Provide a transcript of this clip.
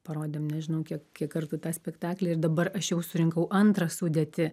parodėm nežinau kiek kiek kartų tą spektaklį ir dabar aš jau surinkau antrą sudėtį